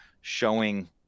showing